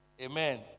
Amen